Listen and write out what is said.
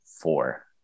four